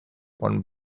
one